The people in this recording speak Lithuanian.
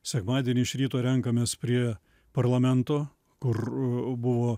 sekmadienį iš ryto renkamės prie parlamento kur buvo